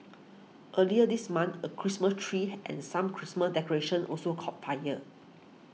earlier this month a Christmas tree and some Christmas decorations also caught fire